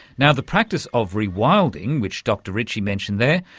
now, the practice of rewilding which dr ritchie mentioned there,